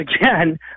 again